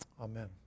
Amen